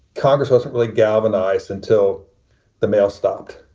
congress wasn't really galvanized until the mail stopped,